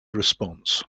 response